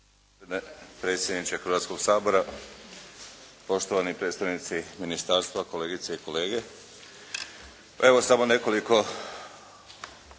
predsjedniče Hrvatskog sabora, poštovani predstavnici ministarstva, kolegice i kolege. Evo samo nekoliko